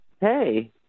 hey